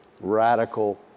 radical